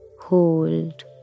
hold